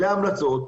אלה ההמלצות,